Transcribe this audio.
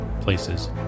places